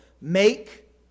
Make